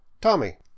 Tommy